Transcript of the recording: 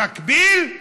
במקביל,